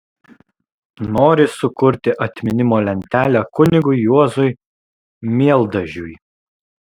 nori sukurti atminimo lentelę kunigui juozui mieldažiui